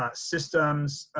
ah systems,